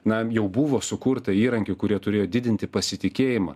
na jau buvo sukurta įrankių kurie turėjo didinti pasitikėjimą